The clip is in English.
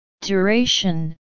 Duration